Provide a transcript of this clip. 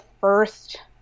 first